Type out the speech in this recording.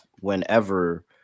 whenever